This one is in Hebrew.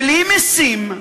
בלי משים,